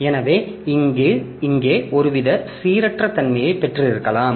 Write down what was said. எனவே இங்கே ஒருவித சீரற்ற தன்மையைப் பெற்றிருக்கலாம்